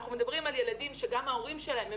אנחנו מדברים על ילדים שגם ההורים שלהם הם